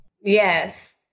yes